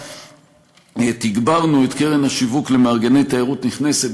3. תגברנו את קרן השיווק למארגני תיירות נכנסת.